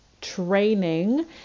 training